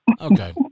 okay